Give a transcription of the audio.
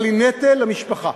אבל היא נטל למשפחה.